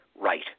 right